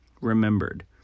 remembered